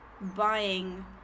buying